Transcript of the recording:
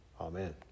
Amen